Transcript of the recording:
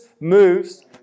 moves